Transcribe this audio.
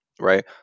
right